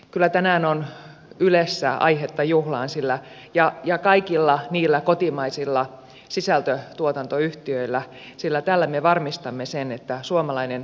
kyllä tänään on aihetta juhlaan ylessä ja kaikilla kotimaisilla sisältötuotantoyhtiöillä sillä tällä me varmistamme sen että suomalainen ohjelmatarjonta jatkuu